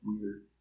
weird